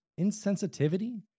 insensitivity